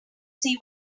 see